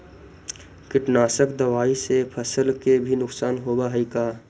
कीटनाशक दबाइ से फसल के भी नुकसान होब हई का?